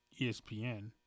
ESPN